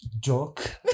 Joke